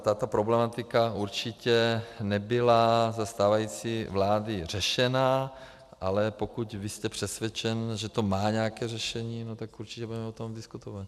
Tato problematika určitě nebyla za stávající vlády řešena, ale pokud vy jste přesvědčen, že to má nějaké řešení, tak o tom budeme diskutovat.